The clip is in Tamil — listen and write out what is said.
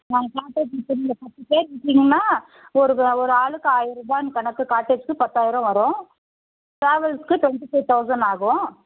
நாங்கள் இப்போ நீங்கள் பத்து பேர் இருக்கீங்கன்னா ஒரு ஒரு ஆளுக்கு ஆயிரரூபான்னு கணக்கு காட்டேஜுக்கு பத்தாயிரம் வரும் ட்ராவல்ஸுக்கு ட்வெண்ட்டி ஃபைவ் தௌசண்ட் ஆகும்